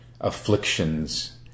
afflictions